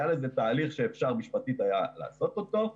היה לזה תהליך שמשפטית היה אפשר לעשות אותו,